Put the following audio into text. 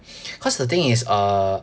cause the thing is err